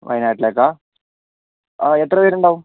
വയനാട്ടിലേക്കാണോ ആ എത്ര പേരുണ്ടാവും